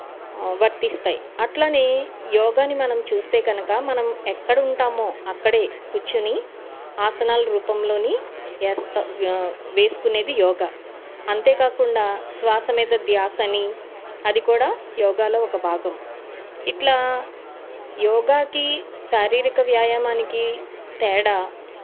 వర్తిస్తాయి అట్లానే యోగాని మనం చూస్తే కనుక మనం ఎక్కడ ఉంటామో అక్కడే కుర్చోని ఆసనాలు రూపంలో వేసుకునేది యోగా అంతే కాకుండా శ్వాస మీద ధ్యాస అని అది కూడా యోగాలో ఒక భాగం ఇట్లా యోగాకి శారీరక వ్యాయామానికి తేడా